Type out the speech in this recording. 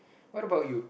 what about you